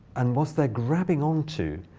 and once they're grabbing onto